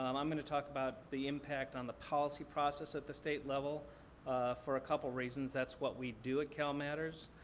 um i'm going to talk about the impact on the policy process at the state level for a couple reasons. that's what we do at calmatters.